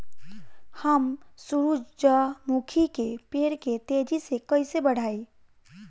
हम सुरुजमुखी के पेड़ के तेजी से कईसे बढ़ाई?